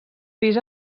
pis